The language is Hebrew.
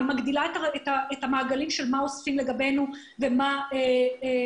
היא מגדילה את המעגלים של מה שאוספים לגבינו ומה מנתחים.